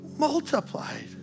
multiplied